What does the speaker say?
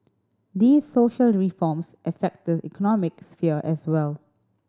these social reforms affect the economic sphere as well